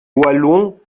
wallon